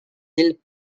îles